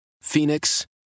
Phoenix